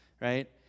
right